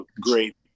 great